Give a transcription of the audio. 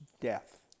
death